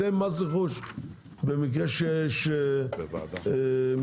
אתם מס רכוש במקרה שיש מבצע,